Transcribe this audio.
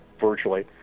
virtually